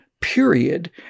period